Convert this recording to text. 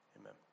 Amen